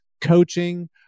coaching